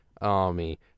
army